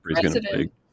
president